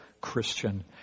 Christian